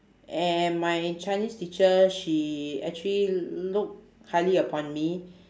and my chinese teacher she actually look highly upon me